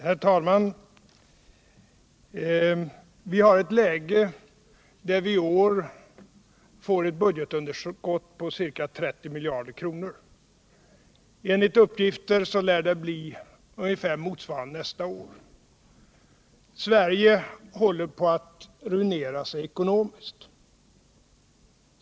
Herr talman! Vi har ett läge där vi i år får ett budgetunderskott på ca 30 miljarder kronor. Enligt uppgifter lär det bli ungefär motsvarande underskott nästa år. Sverige håller på att ruinera sig ekonomiskt.